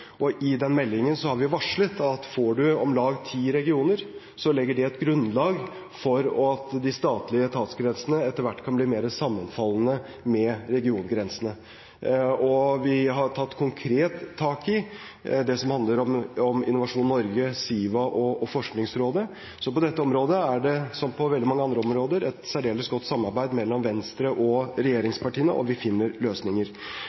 I den meldingen har vi varslet at får vi om lag ti regioner, legger det et grunnlag for at de statlige etatsgrensene etter hvert kan bli mer sammenfallende med regiongrensene. Vi har tatt konkret tak i det som handler om Innovasjon Norge, Siva og Forskningsrådet, så på dette området er det, som på veldig mange andre områder, et særdeles godt samarbeid mellom Venstre og regjeringspartiene, og vi finner løsninger.